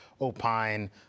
opine